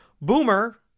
Boomer